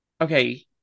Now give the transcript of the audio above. Okay